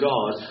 God